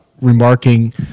remarking